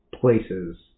places